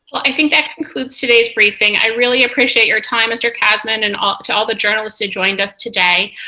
i think that concludes today's briefing. i really appreciate your time, mr. kasman, and ah to all the journalists who joined us today.